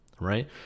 right